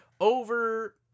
Over